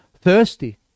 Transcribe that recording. thirsty